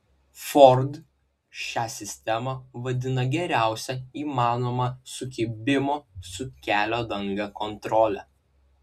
ford šią sistemą vadina geriausia įmanoma sukibimo su kelio danga kontrole